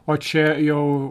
o čia jau